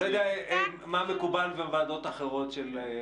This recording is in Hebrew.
אני לא יודע מה מקובל בוועדות אחרות של הכנסת.